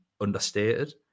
understated